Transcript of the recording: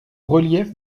relief